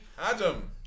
Adam